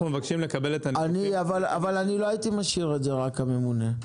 מבקשים לקבל את --- לא הייתי משאיר את זה רק הממונה,